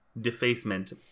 Defacement